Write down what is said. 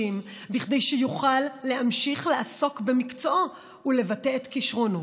כדי שיוכל להמשיך לעסוק במקצועו ולבטא את כישרונו.